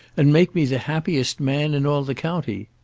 and make me the happiest man in all the county?